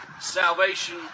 salvation